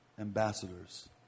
ambassadors